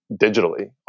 digitally